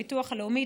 הביטוח הלאומי,